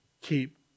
keep